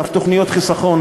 תוכניות חיסכון,